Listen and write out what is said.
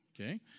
okay